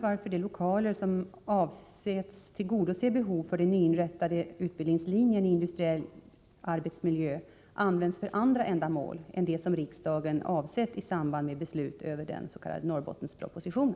varför de lokaler som avsetts tillgodse behov för den nyinrättade utbildningslinjen i industriell arbetsmiljö används för andra ändamål än dem som riksdagen avsett i samband med beslut över den s.k. Norrbottenspropositionen.